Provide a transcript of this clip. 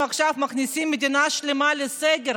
אנחנו מכניסים עכשיו מדינה שלמה לסגר.